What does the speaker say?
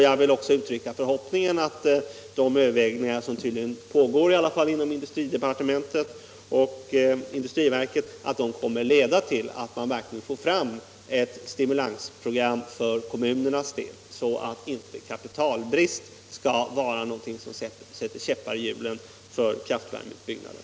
Jag vill också uttrycka förhoppningen att de överväganden som tydligen i alla fall pågår inom industridepartementet och industriverket skall komma att leda till ett stimulansprogram för kommunernas del så att inte kapitalbrist skall sätta en käpp i hjulet för kraftvärmeutbyggnaden.